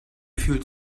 fühlt